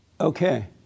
Okay